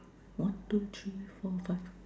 one two three four five